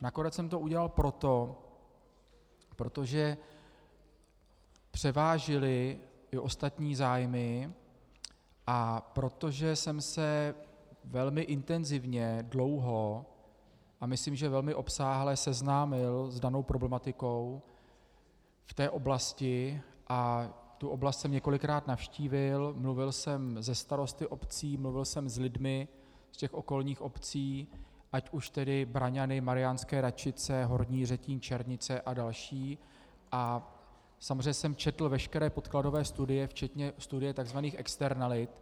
Nakonec jsem to udělal, protože převážily ostatní zájmy, a protože jsem se velmi intenzivně dlouho a myslím, že velmi obsáhle, seznámil s danou problematikou v té oblasti, tu oblast jsem několikrát navštívil, mluvil jsem se starosty obcí, mluvil jsem s lidmi z okolních obcí, ať už tedy Braňany, Mariánské Radčice, Horní Jiřetín, Černice a další, a samozřejmě jsem četl veškeré podkladové studie, včetně studie takzvaných externalit.